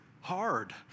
hard